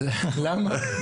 למה?